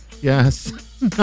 Yes